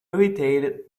irritated